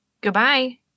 Goodbye